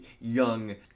young